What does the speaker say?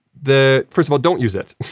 the first of all, don't use it.